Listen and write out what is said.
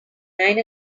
nine